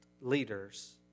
leaders